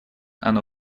оно